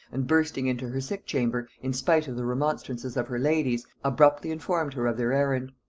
and bursting into her sick chamber, in spite of the remonstrances of her ladies, abruptly informed her of their errand.